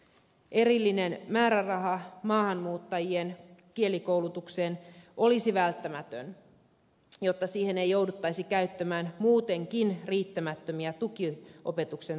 erillinen määräraha maahanmuuttajien kielikoulutukseen olisi välttämätön jotta siihen ei jouduttaisi käyttämään muutenkin riittämättömiä tukiopetuksen resursseja